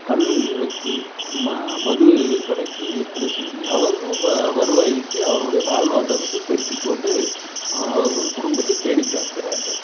கள் இறக்கி ம மது கடைக்கு விற்பனை செய்து அவர்களும் அந்த வருவாய் ஈட்டி அவர்களுடைய வாழ்வாதாரத்தை பெருக்கி கொண்டு அவர்கள் குடும்பத்தை பேணி காக்கிறார்கள்